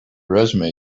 resume